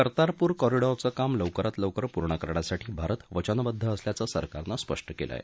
कर्तारपूर काँरिडॉरचे काम लौकरात लौकेर पूर्ण करण्यासाठी भारत वचनबद्ध असल्याचं सरकारनं स्पष्ट केलं आहे